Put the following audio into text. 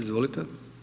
Izvolite.